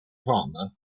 partner